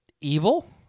evil